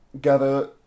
gather